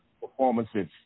performances